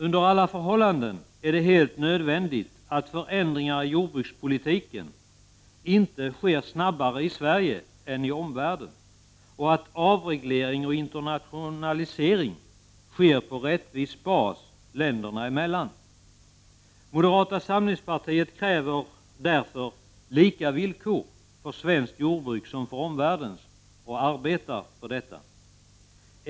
Under alla förhållanden är det helt nödvändigt att förändringar i jordbrukspolitiken inte sker snabbare i Sverige än i omvärlden och att avreglering och internationalisering sker på rättvis bas länderna emellan. Moderata samlingspartiet kräver lika villkor för svenskt jordbruk i förhållande till omvärldens, och arbetar för detta.